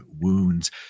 wounds